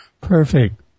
perfect